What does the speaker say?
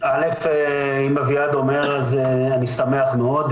אם אביעד אומר אני שמח מאוד.